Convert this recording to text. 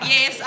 Yes